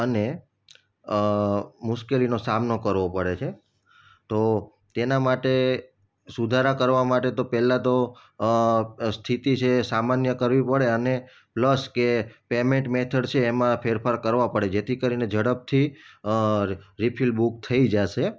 અને મુશ્કેલીનો સામનો કરવો પડે છે તો તેના માટે સુધારા કરવા માટે તો પહેલાં તો સ્થિતિ છે એ સામાન્ય કરવી પડે અને પ્લસ કે પેમેન્ટ મેથડ છે એમાં ફેરફાર કરવા પડે જેથી કરીને ઝડપથી રિફિલ બુક થઈ જશે